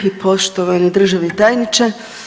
I poštovani državni tajniče.